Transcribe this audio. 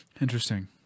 Interesting